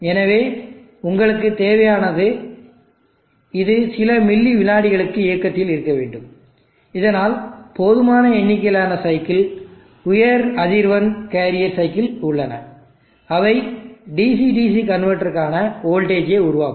எனவே உங்களுக்கு தேவையானது இது சில மில்லி விநாடிகளுக்கு இயக்கத்தில் இருக்க வேண்டும் இதனால் போதுமான எண்ணிக்கையிலான சைக்கிள் உயர் அதிர்வெண் கேரியர் சைக்கிள் உள்ளன அவை DC DC கன்வெர்ட்டருக்கான வோல்டேஜ் ஐ உருவாக்கும்